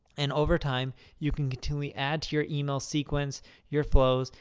and over time, you can continually add to your email sequence your flows.